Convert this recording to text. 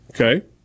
Okay